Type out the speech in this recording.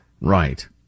Right